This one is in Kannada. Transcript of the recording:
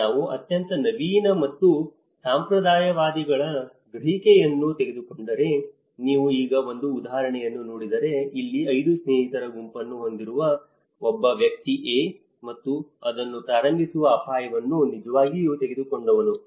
ಈಗ ನಾವು ಅತ್ಯಂತ ನವೀನ ಮತ್ತು ಸಂಪ್ರದಾಯವಾದಿಗಳ ಗ್ರಹಿಕೆಯನ್ನು ತೆಗೆದುಕೊಂಡರೆ ನೀವು ಈಗ ಒಂದು ಉದಾಹರಣೆಯನ್ನು ನೋಡಿದರೆ ಇಲ್ಲಿ 5 ಸ್ನೇಹಿತರ ಗುಂಪನ್ನು ಹೊಂದಿರುವ ಒಬ್ಬ ವ್ಯಕ್ತಿ A ಮತ್ತು ಅದನ್ನು ಪ್ರಾರಂಭಿಸುವ ಅಪಾಯವನ್ನು ನಿಜವಾಗಿಯೂ ತೆಗೆದುಕೊಂಡವನು